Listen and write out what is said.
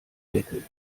deckel